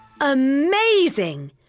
Amazing